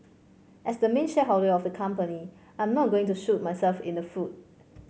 as the main shareholder of the company I am not going to shoot myself in the foot